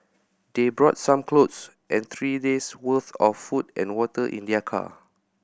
they brought some clothes and three days' worth of food and water in their car